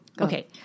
Okay